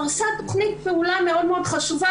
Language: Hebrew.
פרשה תכנית פעולה מאוד חשובה,